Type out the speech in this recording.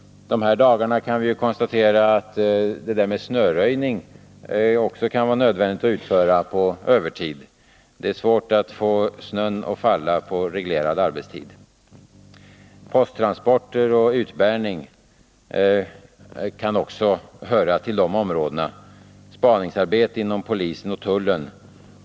De här dagarna kan vi konstatera att det kan vara nödvändigt att utföra snöröjning på övertid — det är svårt att få snön att falla på reglerad arbetstid. Posttransporter och postutbäring kan också höra till de här områdena. Detsamma gäller spaningsarbete inom polisen och tullen.